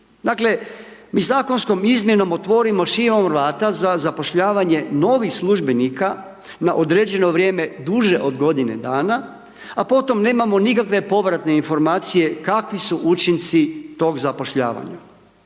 Dakle, mi zakonskom izmjenom otvorimo širom vrata za zapošljavanje novih službenika na određeno vrijeme duže od godine dana, a potom nemamo nikakve povratne informacije kakvi su učinci tog zapošljavanja.